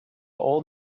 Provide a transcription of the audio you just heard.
old